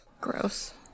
Gross